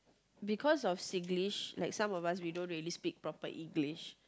because of Singlish like some of us we don't really speak proper English